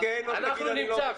אנחנו נמצא.